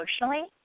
emotionally